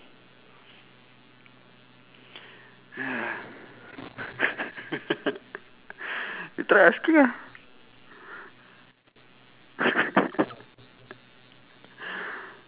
you try asking lah